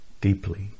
deeply